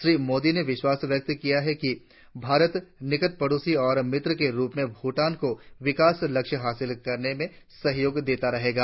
श्री मोदी ने विश्वास व्यक्त किया कि भारत निकट पड़ोसी और मित्र के रुप में भूटान को विकास लक्ष्य हासिल करने में सहयोग देता रहेगा